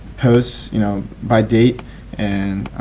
posts you know by date and